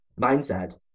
mindset